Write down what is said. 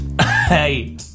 Hey